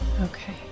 Okay